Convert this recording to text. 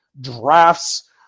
drafts